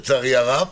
לצערי הרב,